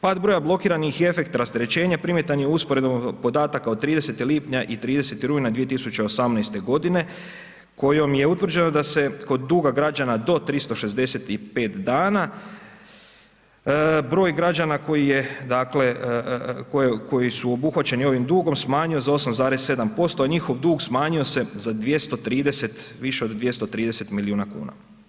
Pad broja blokiranih i efekt rasterećenja primjetan je u usporedbom podataka od 30 lipnja i 30. rujna 2018. godine, kojom je utvrđeno da se kod duga građana do 365 dana broj građana koji je dakle koji su obuhvaćeni ovih dugom smanjuje za 8,7%, a njihov dug smanjio se za 230, više od 230 milijuna kuna.